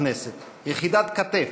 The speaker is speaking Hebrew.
יחידת כת"ף.